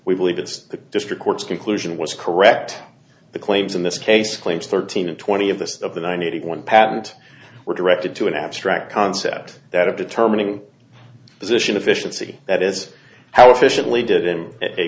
we believe that the district court's conclusion was correct the claims in this case claims thirteen and twenty of this of the ninety one patent were directed to an abstract concept that of determining position efficiency that is how efficiently did him a